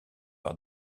par